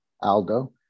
Aldo